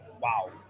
wow